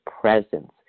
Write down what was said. presence